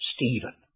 Stephen